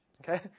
Okay